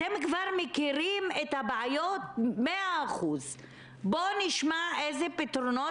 אתם כבר מכירים את הבעיות 100%. בוא נשמע איזה פתרונות